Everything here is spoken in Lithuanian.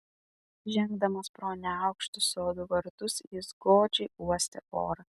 žengdamas pro neaukštus sodų vartus jis godžiai uostė orą